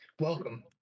Welcome